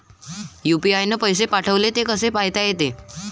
UPI न पैसे पाठवले, ते कसे पायता येते?